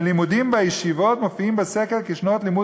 הלימודים בישיבות מופיעים בסקר כשנות לימוד